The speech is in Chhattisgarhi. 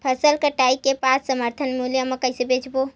फसल कटाई के बाद समर्थन मूल्य मा कइसे बेचबो?